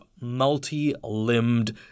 multi-limbed